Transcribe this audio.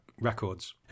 records